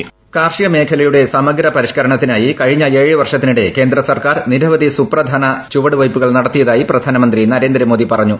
voice കാർഷിക മേഖലയുടെ സമഗ്ര്യപ്രീഷ്കരണത്തിനായി കഴിഞ്ഞ ഏഴ് വർഷത്തിനിടെ കേന്ദ്ര സർക്കാർ നിരവധി സുപ്രധാന ചുവടുവയ്പു കൾ നടത്തിയതായി പ്രധാന്മന്ത്രി നരേന്ദ്ര മോദി പറഞ്ഞു